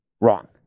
wrong